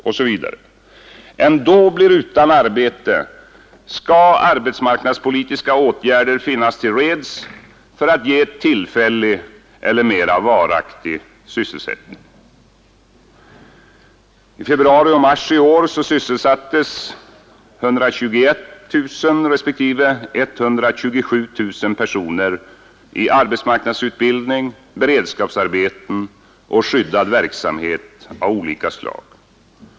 osv. ändå blir utan arbete skall arbetsmarknadspolitiska åtgärder finnas till reds för att ge tillfällig eller mera varaktig sysselsättning. I februari och mars i år sysselsattes 121 000 respektive 127 000 personer i arbetsmarknadsutbildning, beredskapsarbeten och skyddad verksamhet av olika slag.